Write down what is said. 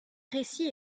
récit